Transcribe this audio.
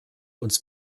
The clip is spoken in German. uns